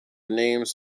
names